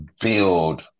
build